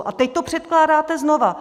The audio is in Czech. A teď to předkládáte znova.